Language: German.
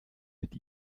mit